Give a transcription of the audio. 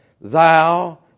Thou